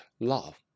love